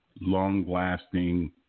long-lasting